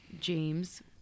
james